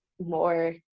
more